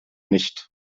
nicht